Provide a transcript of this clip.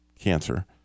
cancer